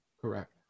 Correct